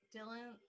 Dylan